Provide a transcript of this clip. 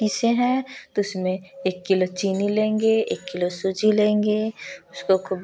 पिसे हैं तो उसमें एक किलो चीनी लेंगे एक किलो सूजी लेंगे उसको खूब